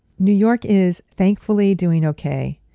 new york is thankfully doing okay.